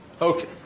Okay